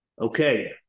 Okay